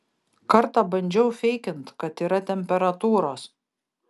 kartą bandžiau feikint kad yra temperatūros